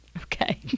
Okay